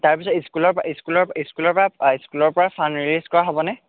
তাৰপিছত ইস্কুলৰ পৰা ইস্কুলৰ ইস্কুলৰ পৰা ইস্কুলৰ পৰা ফাণ্ড ৰেইজ কৰা হ'ব নে